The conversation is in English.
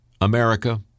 America